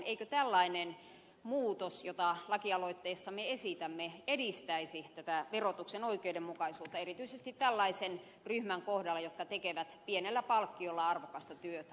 eikö tällainen muutos jota lakialoitteessamme esitämme edistäisi verotuksen oikeudenmukaisuutta erityisesti tällaisen ryhmän kohdalla joka tekee pienellä palkkiolla arvokasta työtä